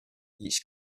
each